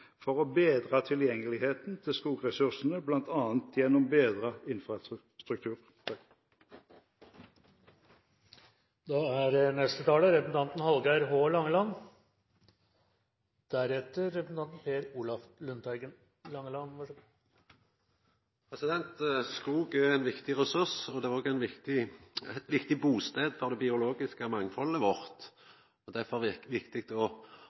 for å bedre tilgjengeligheten til skogressursene, gjennom bl.a. bedret infrastruktur. Skog er ein viktig ressurs. Han er òg ein viktig bustad for det biologiske mangfaldet vårt. Det er derfor viktig å